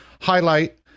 highlight